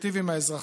שתיטיב עם האזרחים,